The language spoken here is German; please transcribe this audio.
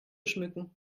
schmücken